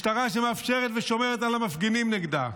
משטרה שמאפשרת ושומרת על המפגינים נגדה.